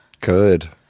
Good